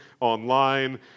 online